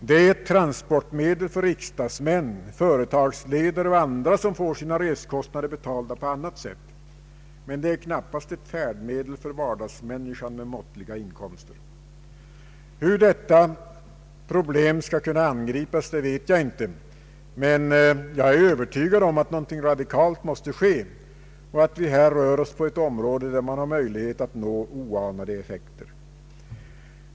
Det är ett transportmedel för riksdagsmän, företagsledare och andra som får sina resekostnader betalda på annat sätt, men det är knappast ett färdmedel för vardagsmänniskan med måttliga inkomster. Hur detta problem skall kunna angripas vet jag inte, men jag är övertygad att någonting radikalt måste ske och att vi här rör oss på ett område, där man har möjlighet att nå oanade effekter.